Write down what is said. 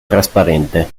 trasparente